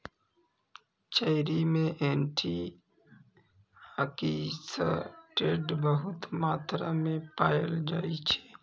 cherry मे antioxidant बहुत मात्रा मे पाएल जाइ छै